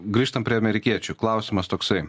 grįžtam prie amerikiečių klausimas toksai